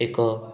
ଏକ